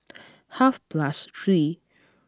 half past three